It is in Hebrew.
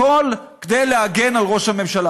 הכול כדי להגן על ראש הממשלה.